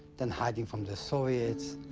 then hiding from the soviets,